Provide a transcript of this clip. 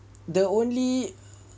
the only